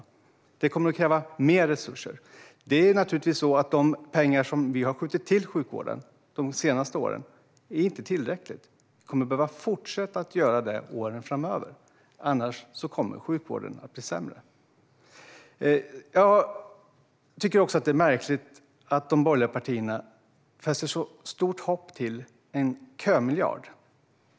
Detta kommer att kräva mer resurser. De pengar som vi har skjutit till för sjukvården de senaste åren är naturligtvis inte tillräckliga. Vi kommer att behöva fortsätta att göra detta under åren framöver, för annars kommer sjukvården att bli sämre. Jag tycker att det är märkligt att de borgerliga partierna sätter så stort hopp till en kömiljard.